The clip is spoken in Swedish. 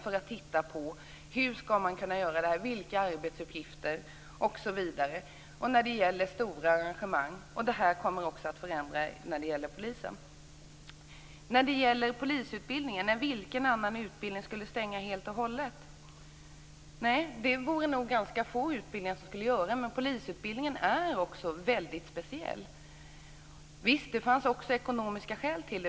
Man tittar på hur man skall kunna göra detta, på vilka arbetsuppgifterna skall vara och på stora arrangemang. Det här kommer också att leda till förändring när det gäller polisen. Vad gäller polisutbildningen var frågan vilken annan utbildning som skulle stänga helt och hållet. Det är nog ganska få utbildningar som skulle göra det. Men polisutbildningen är också väldigt speciell. Visst, det fanns också ekonomiska skäl.